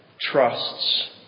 trusts